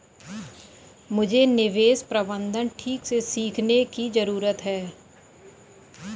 मुझे निवेश प्रबंधन ठीक से सीखने की जरूरत है